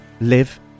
live